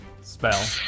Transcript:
spell